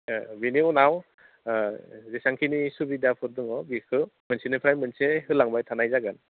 बिनि उनाव जेसांखिनि सुबिदाफोर दङ बेखो मोनसेनिफ्राय मोनसे होलांबाय थानाय जागोन